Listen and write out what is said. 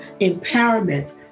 empowerment